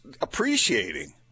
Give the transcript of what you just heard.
appreciating